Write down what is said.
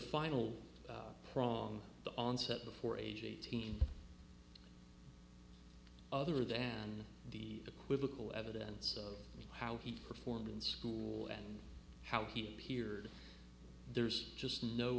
final prong the onset before age eighteen other than the equivocal evidence of how he performed in school and how he appeared there's just no